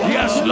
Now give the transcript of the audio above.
Yes